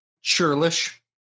Churlish